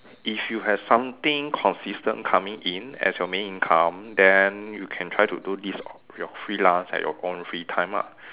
if you have something consistent coming in as your main income then you can try to do this your freelance at your own free time ah